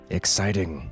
exciting